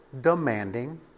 demanding